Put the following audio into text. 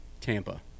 Tampa